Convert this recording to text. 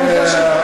אני מגיבה.